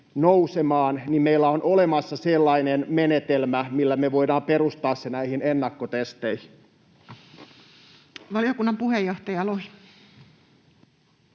nousemaan, meillä on olemassa sellainen menetelmä, millä me voidaan perustaa se näihin ennakkotesteihin. [Speech 233]